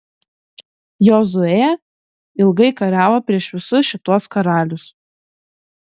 jozuė ilgai kariavo prieš visus šituos karalius